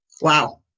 wow